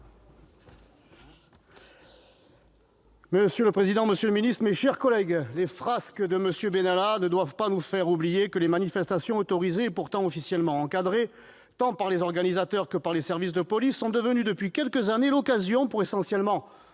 M. Stéphane Ravier. Monsieur le président, les frasques de M. Benalla ne doivent pas nous faire oublier que les manifestations autorisées et pourtant officiellement encadrées, tant par les organisateurs que par les services de police, sont devenues, depuis quelques années, l'occasion, pour essentiellement